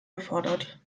gefordert